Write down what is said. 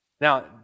Now